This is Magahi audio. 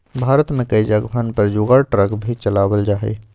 भारत में कई जगहवन पर जुगाड़ ट्रक भी चलावल जाहई